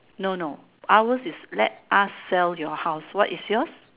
no no ours is let us sell your house what is yours